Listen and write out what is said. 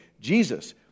Jesus